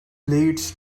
leads